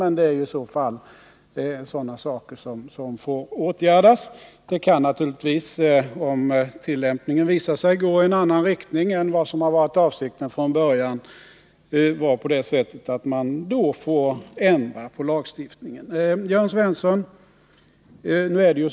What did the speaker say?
Men det är i så fall något som får åtgärdas. Det kan naturligtvis vara så att man, om det visar sig att tillämpningen av en lag går i annan riktning än vad som från början var avsikten, får ändra lagstiftningen.